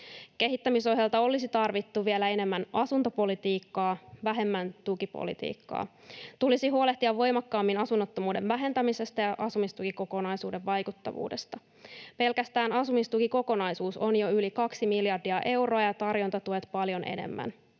Kehittämisohjelmalta olisi tarvittu vielä enemmän asuntopolitiikkaa, vähemmän tukipolitiikkaa. Tulisi huolehtia voimakkaammin asunnottomuuden vähentämisestä ja asumistukikokonaisuuden vaikuttavuudesta. Pelkästään asumistukikokonaisuus on jo yli 2 miljardia euroa ja tarjontatuet paljon enemmän.